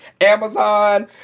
Amazon